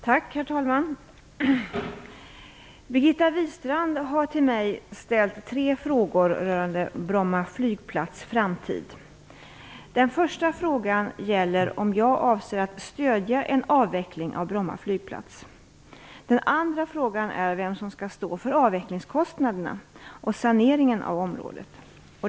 Herr talman! Birgitta Wistrand har till mig ställt tre frågor rörande Bromma flygplats framtid. Den första frågan gäller om jag avser att stödja en avveckling av Bromma flygplats. Den andra frågan är vem som skall stå för avvecklingskostnaderna och saneringen av området.